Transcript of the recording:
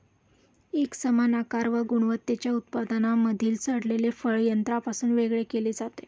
एकसमान आकार व गुणवत्तेच्या उत्पादनांमधील सडलेले फळ यंत्रापासून वेगळे केले जाते